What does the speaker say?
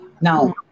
Now